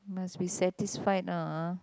must be satisfied ah